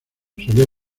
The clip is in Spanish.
solía